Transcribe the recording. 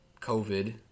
COVID